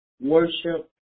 worship